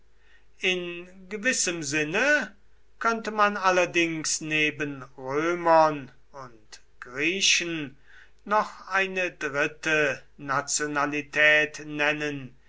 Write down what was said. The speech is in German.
in gewissem sinne könnte man allerdings neben römern und griechen noch eine dritte nationalität nennen